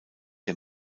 der